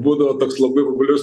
būdavo toks labai populiarus